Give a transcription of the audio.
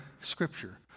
Scripture